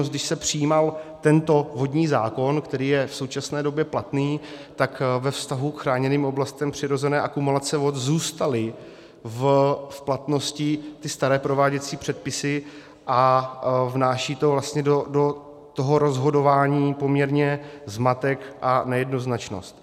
Když se přijímal tento vodní zákon, který je v současné době platný, tak ve vztahu k chráněným oblastem přirozené akumulace vod zůstaly v platnosti ty staré prováděcí předpisy a vnáší to vlastně do toho rozhodování poměrně zmatek a nejednoznačnost.